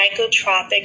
psychotropic